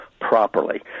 properly